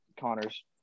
Connor's